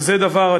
וזה דבר,